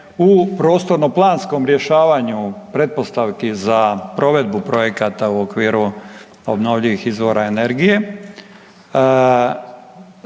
u prostorno planskom rješavanju pretpostavki za provedbu projekata u okviru obnovljivih izvora energije,